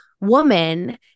woman